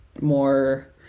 more